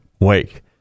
Wake